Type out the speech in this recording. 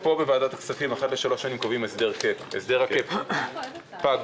פה בוועדת הכספים הסדר הקאפ פג